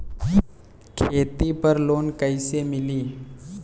खेती पर लोन कईसे मिली?